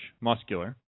muscular